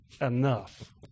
enough